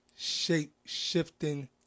Shapeshifting